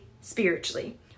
spiritually